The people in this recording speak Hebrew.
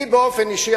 לי באופן אישי,